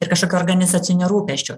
ir kažkokių organizacinių rūpesčių